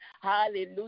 hallelujah